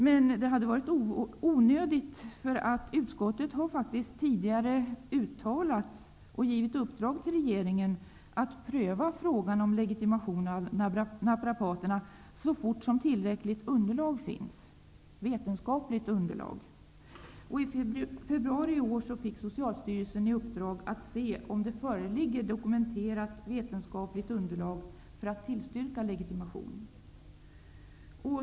Men det var onödigt, eftersom utskottet tidigare faktiskt har uttalat och givit i uppdrag till regeringen att pröva frågan om att ge naprapaterna legitimation så fort som tillräckligt vetenskapligt underlag finns. I februari i år fick Socialstyrelsen i uppdrag att utreda om det föreligger ett dokumenterat vetenskapligt underlag för att tillstyrka legitimation.